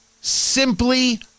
Simply